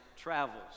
travels